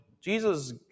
Jesus